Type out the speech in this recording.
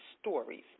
stories